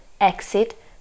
exit